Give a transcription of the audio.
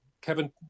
Kevin